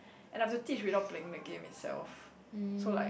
and I have to teach without playing the game itself so like